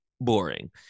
boring